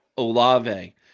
olave